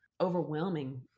overwhelming